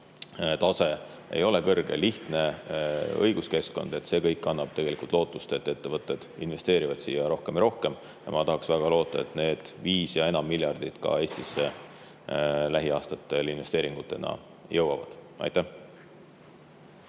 tase ei ole kõrge, meil on lihtne õiguskeskkond. See kõik annab tegelikult lootust, et ettevõtted investeerivad siia rohkem ja rohkem. Ma tahaks väga loota, et need enam kui 5 miljardit Eestisse lähiaastatel investeeringutena ka jõuavad. Suur